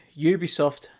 Ubisoft